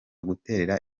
guterera